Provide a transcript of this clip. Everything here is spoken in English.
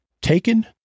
taken